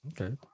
Okay